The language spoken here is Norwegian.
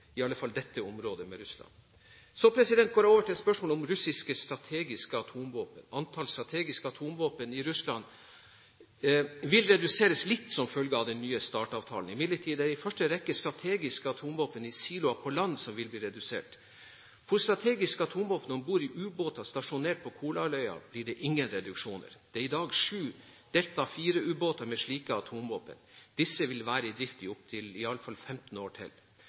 i alle fall dette området med Russland. Jeg går så over til spørsmålet om russiske strategiske atomvåpen. Antallet strategiske atomvåpen i Russland vil reduseres litt som følge av den nye START-avtalen. Imidlertid er det i første rekke strategiske atomvåpen i siloer på land som vil bli redusert. Når det gjelder strategiske atomvåpen om bord i ubåter stasjonert på Kolahalvøya, blir det ingen reduksjoner. Det er i dag sju Delta IV-ubåter med slike atomvåpen; disse vil være i drift i opptil i alle fall 15 år til.